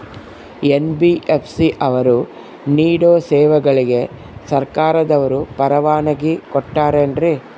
NBFC ಅವರು ನೇಡೋ ಸೇವೆಗಳಿಗೆ ಸರ್ಕಾರದವರು ಪರವಾನಗಿ ಕೊಟ್ಟಾರೇನ್ರಿ?